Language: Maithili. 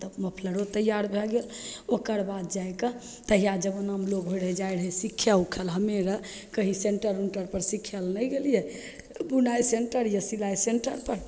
तब मोफलरो तैआर भै गेल ओकरबाद जाके तहिआ जमानामे लोक होइ रहै जाइ रहै सिखै उखैले हमे आर कहीँ सेन्टर उन्टरपर सिखैले नहि गेलिए बुनाइ सेन्टर या सिलाइ सेन्टरपर